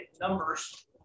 Numbers